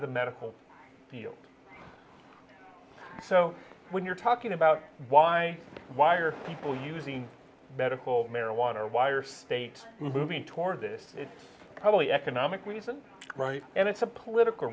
outside the medical field so when you're talking about why why are people using medical marijuana or wire state moving toward this it's probably economic reason right and it's a political